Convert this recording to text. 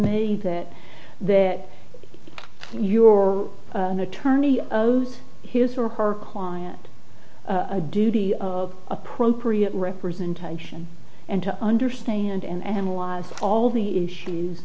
me that that your attorney of those his or her client a duty of appropriate representation and to understand and analyze all the issues